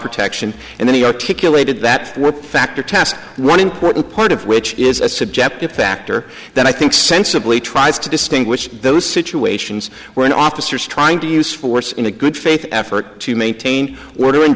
protection and then he articulated that fact or task one important point of which is a subjective factor that i think sent simply tries to distinguish those situations were officers trying to use force in a good faith effort to maintain order and